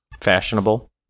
fashionable